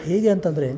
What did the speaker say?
ಹೇಗೆ ಅಂತಂದರೆ